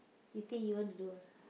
you think you want to do ah